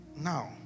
now